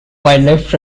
wildlife